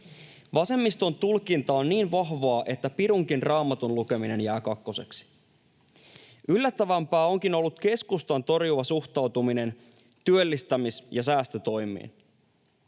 Vasemmiston tulkinta on niin vahvaa, että pirunkin raamatun lukeminen jää kakkoseksi. Yllättävämpää onkin ollut keskustan torjuva suhtautuminen työllistämis- ja säästötoimiin.